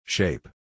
Shape